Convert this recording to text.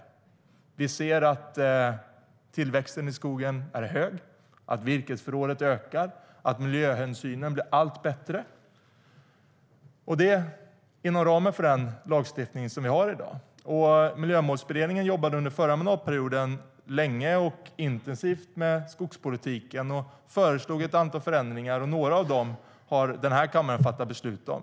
Inom ramen för den lagstiftningen ser vi att tillväxten i skogen är hög, att virkesförrådet ökar och att miljöhänsynen blir allt bättre. Miljömålsberedningen jobbade under förra mandatperioden länge och intensivt med skogspolitiken och föreslog ett antal förändringar, och några av dessa har den här kammaren fattat beslut om.